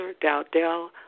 Dowdell